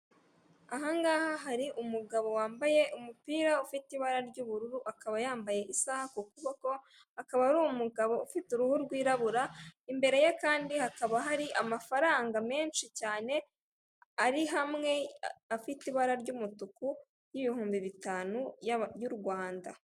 Aha ngaha hari umugabo wambaye umupira ufite ibara ry'ubururu, akaba yambaye isaha ku kuboko, akaba ari umugabo ufite uruhu rwirabura, imbere ye kandi hakaba hari amafaranga menshi cyane ari hamwe afite ibara ry'umutuku y'ibihumbi bitanu y'u Rwanda.